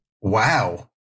wow